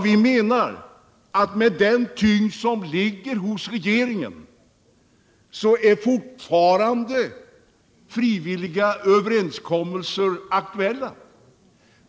Vi menar att med den tyngd som ligger hos regeringen bör fortfarande frivilliga överenskommelser vara aktuella.